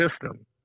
system